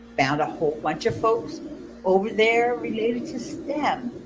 found a bunch of folks over there related to stem.